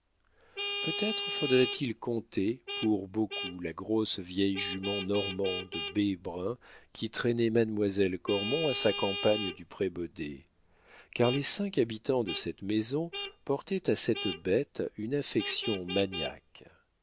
peut-être faudrait-il compter pour beaucoup la grosse vieille jument normande bai brun qui traînait mademoiselle cormon à sa campagne du prébaudet car les cinq habitants de cette maison portaient à cette bête une affection maniaque